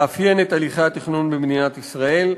לאפיין את הליכי התכנון במדינת ישראל.